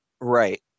Right